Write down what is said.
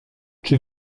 czy